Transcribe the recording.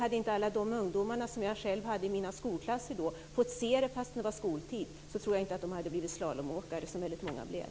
Hade inte alla de ungdomar som jag själv hade i mina skolklasser då fått se det, trots att det var skoltid, tror jag inte att de hade blivit slalomåkare, som väldigt många blev.